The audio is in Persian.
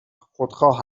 خودخواه